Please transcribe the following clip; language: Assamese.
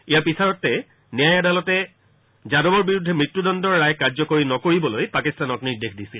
ইয়াৰ পিছতে ন্যায় আদালতে যাদৱৰ বিৰুদ্ধে মৃত্যুদণ্ডৰ ৰায় কাৰ্যকৰী নকৰিবলৈ পাকিস্তানক নিৰ্দেশ দিছিল